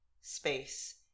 space